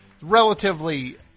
relatively